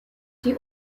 die